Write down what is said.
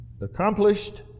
accomplished